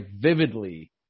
vividly